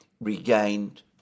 regained